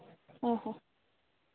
ᱚ ᱦᱚ